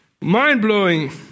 mind-blowing